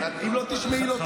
אם לא תשמעי, לא תדעי.